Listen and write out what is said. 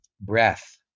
breath